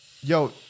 yo